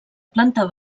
planta